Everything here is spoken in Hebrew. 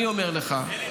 אני אומר לך,